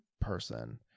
person